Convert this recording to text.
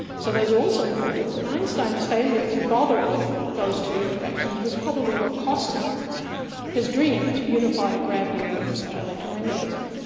so those are also important, and einstein's failure to bother with those two interactions was probably what cost him his dream to unify gravity with electromagnetism.